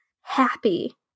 happy